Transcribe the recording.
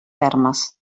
fermes